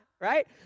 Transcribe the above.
right